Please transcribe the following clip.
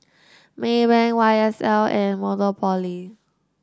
Maybank Y S L and Monopoly